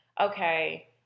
okay